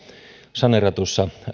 saneeratussa